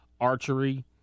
archery